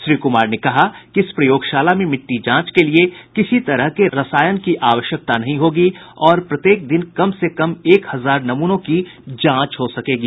श्री कुमार ने कहा कि इस प्रयोगशाला में मिट्टी जांच के लिए किसी तरह के रसायन की आवश्यकता नहीं होगी और प्रत्येक दिन कम से कम एक हजार नमूनों की जांच हो सकेगी